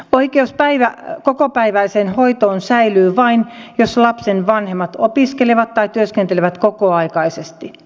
oikeus kokopäiväiseen hoitoon säilyy vain jos lapsen vanhemmat opiskelevat tai työskentelevät kokoaikaisesti